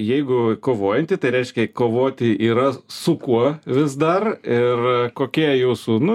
jeigu kovojanti tai reiškia kovoti yra su kuo vis dar ir kokie jūsų nu